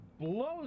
blows